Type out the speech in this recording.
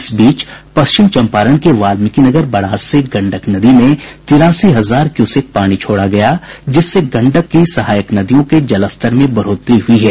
इस बीच पश्चिम चंपारण के वाल्मिकीनगर बराज से गंडक नदी में तिरासी हजार क्यूसेक पानी छोड़ा गया जिससे गंडक की सहायक नदियों के जलस्तर में बढ़ोतरी हुई है